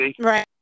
Right